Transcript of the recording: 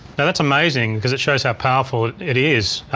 now that's amazing cause it shows how powerful it is,